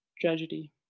tragedy